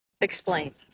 explain